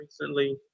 recently